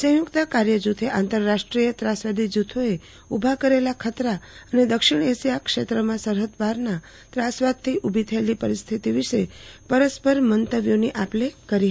સંયુક્ત કાર્યજુથે આંતરાષ્ટ્રીય ત્રાસવાદી જુથોએ ઉભા કરેલા ખતરા અને દક્ષિણ એશિયા ક્ષેત્રમાં સરહદ પારના ત્રાસવાદથી ઉભી થયેલી પરિસ્થિતિ વિશે પરસ્પર મંતવ્યોની આપ લે કરી હતી